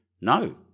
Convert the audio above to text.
No